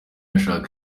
ashaka